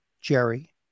Jerry